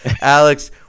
Alex